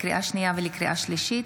לקריאה שנייה ולקריאה שלישית,